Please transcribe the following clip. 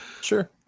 Sure